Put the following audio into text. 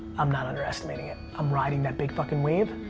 i'm not underestimating it. i'm riding that big fucking wave